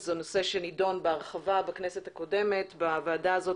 זה נושא שנידון בהרחבה בכנסת הקודמת בוועדה הזאת,